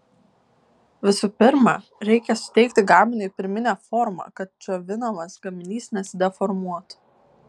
visų pirma reikia suteikti gaminiui pirminę formą kad džiovinamas gaminys nesideformuotų